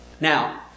Now